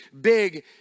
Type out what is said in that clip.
big